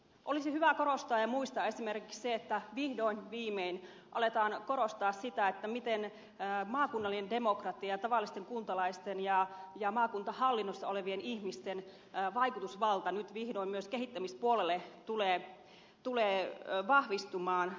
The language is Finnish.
olisi hyvä korostaa esimerkiksi sitä ja muistaa se että vihdoin viimein aletaan korostaa sitä miten maakunnallinen demokratia ja tavallisten kuntalaisten ja maakuntahallinnossa olevien ihmisten vaikutusvalta nyt vihdoin myös kehittämispuolella tulee vahvistumaan